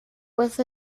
with